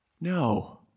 No